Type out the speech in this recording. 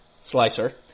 Slicer